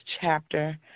chapter